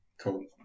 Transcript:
Cool